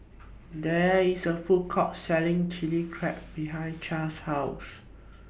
There IS A Food Court Selling Chilli Crab behind Chaz's House